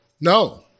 No